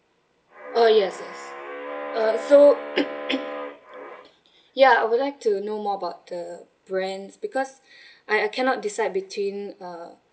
uh yes yes uh so ya I would like to know more about the brands because I I cannot decide between uh